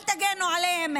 אל תגנו עליהן.